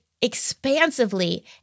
expansively